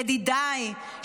ידידיי,